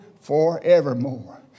forevermore